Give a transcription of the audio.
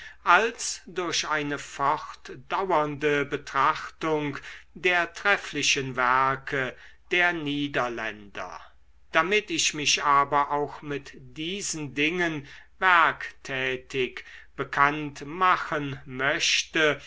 als durch eine fortdauernde betrachtung der trefflichen werke der niederländer damit ich mich aber auch mit diesen dingen werktätig bekannt machen möchte